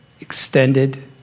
extended